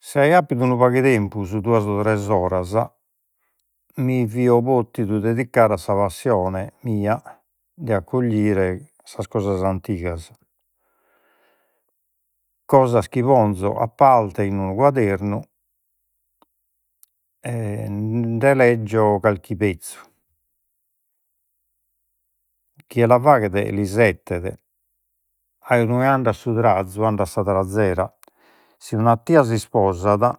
Si aio appidu unu pagu e tempus, duas o tres oras, mi fio potidu dedicare a sa passione mia de accoglire sas cosas antigas. Cosas chi ponzo a parte in unu quadernu e nde leggio carchi pezzu. Chie la faghet l'isettet, andat su trazu andat sa trazera. Si un'attìa si isposat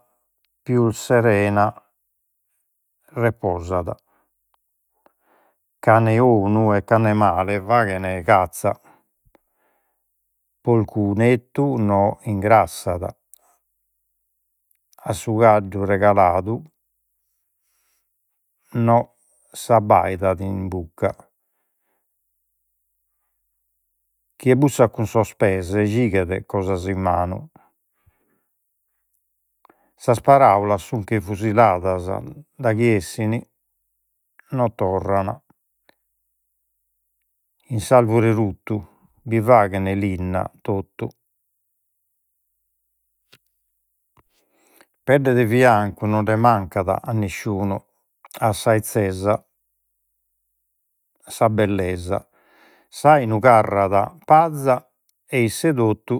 pius serena reposat, cane onu e cane faghen cazza. Porcu nettu A su caddu regaladu s'abbaidat in bucca. Chie bussat cun sos pes gighet cosas in manu, sas paraulas sun che fusiladas, daghi 'essini no torran. In s'arvure ruttu bi faghen linna totu. Pedde de fiancu nonde mancat a nisciunu, a sa 'ezzesa sa bellesa, s'ainu carrat paza e isse 'e totu